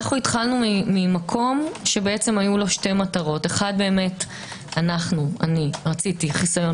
אנו התחלנו ממקום שהיו לו שתי מטרות: אני רציתי חיסיון